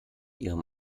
ihrem